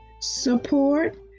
support